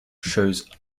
shows